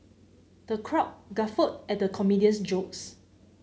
the crowd guffawed at the comedian's jokes